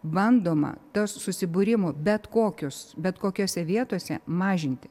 bandoma tas susibūrimų bet kokius bet kokiose vietose mažinti